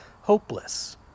hopeless